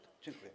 Dziękuję.